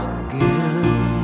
again